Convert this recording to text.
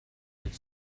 had